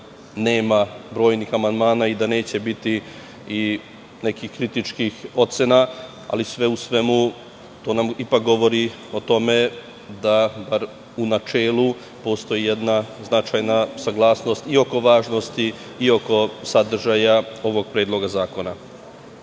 nema brojnih amandmana i da neće biti i nekih kritičkih ocena. Sve u svemu, to nam ipak govori o tome da bar u načelu postoji jedna značajna saglasnost i oko važnosti i oko sadržaja ovog predloga